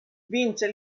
vince